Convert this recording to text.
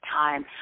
time